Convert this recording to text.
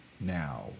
now